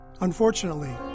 Unfortunately